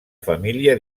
família